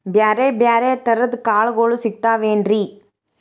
ಬ್ಯಾರೆ ಬ್ಯಾರೆ ತರದ್ ಕಾಳಗೊಳು ಸಿಗತಾವೇನ್ರಿ?